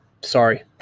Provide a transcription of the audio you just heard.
sorry